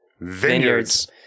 Vineyards